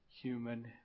human